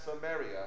Samaria